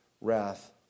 wrath